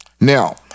Now